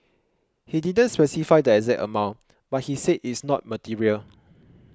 he didn't specify the exact amount but he said it's not material